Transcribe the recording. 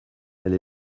elle